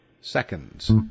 seconds